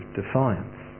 defiance